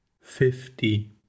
fifty